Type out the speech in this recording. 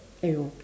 !aiyo!